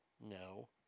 No